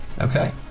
Okay